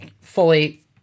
fully